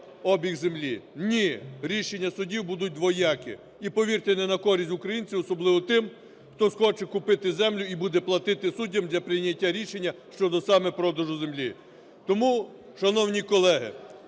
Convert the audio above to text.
обіг землі. Ні, рішення судів будуть двоякі і, повірте, не на користь українців, особливо тим, хто схоче купити землю і буде платити суддям для прийняття рішення щодо саме продажу землі. Тому, шановні колеги,